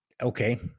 Okay